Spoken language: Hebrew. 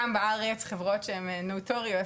גם בארץ חברות שהן נוטוריוס,